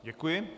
Děkuji.